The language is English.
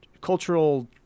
cultural